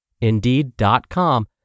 Indeed.com